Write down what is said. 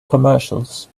commercials